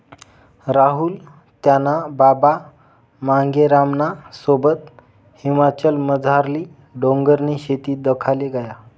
राहुल त्याना बाबा मांगेरामना सोबत हिमाचलमझारली डोंगरनी शेती दखाले गया